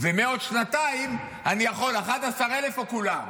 -- ומעוד שנתיים אני יכול 11,000 או כולם.